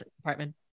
department